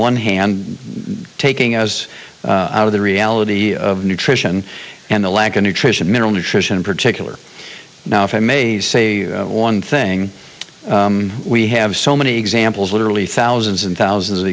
one hand taking as out of the reality of nutrition and the lack of nutrition mineral nutrition in particular now if i may say one thing we have so many examples literally thousands and thousands of